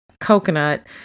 coconut